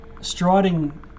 striding